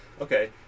okay